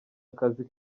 akazi